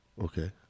okay